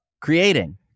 creating